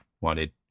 wanted